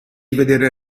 vedere